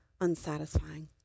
unsatisfying